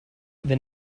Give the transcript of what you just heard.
wenn